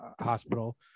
hospital